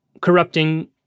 Corrupting